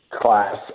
class